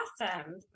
awesome